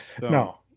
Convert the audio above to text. No